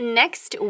next